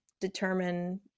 determine